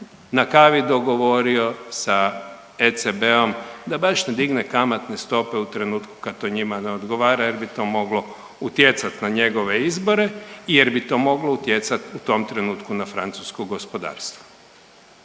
na kavi dogovorio sa ECB-om da baš ne digne kamatne stope u trenutku kad to njima ne odgovara, jer bi to moglo utjecati na njegove izbore i jer bi to moglo utjecati u tom trenutku na francusko gospodarstvo.